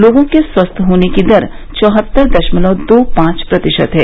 लोगों की स्वस्थ होने की दर चौहत्तर दशमलव दो पांच प्रतिशत है